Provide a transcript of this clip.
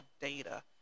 data